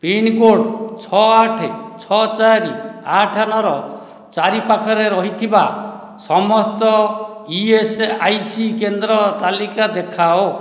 pincode ଛଅ ଆଠ ଛଅ ଚାର ଆଠ ନଅର ଚାରିପାଖରେ ରହିଥିବା ସମସ୍ତ ଇ ଏସ୍ ଆଇ ସି କେନ୍ଦ୍ରର ତାଲିକା ଦେଖାଅ